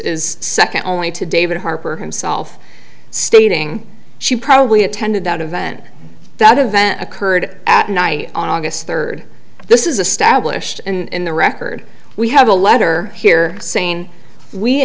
is second only to david harper himself stating she probably attended that event that event occurred at night on august third this is a stablished and the record we have a letter here saying we